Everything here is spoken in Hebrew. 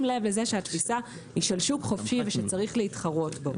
לב לזה שהתפיסה היא של שוק חופשי ושצריך להתחרות בו.